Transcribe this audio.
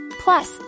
Plus